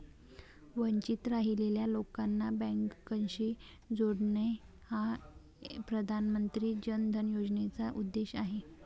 वंचित राहिलेल्या लोकांना बँकिंगशी जोडणे हा प्रधानमंत्री जन धन योजनेचा उद्देश आहे